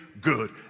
good